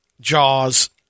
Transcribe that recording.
Jaws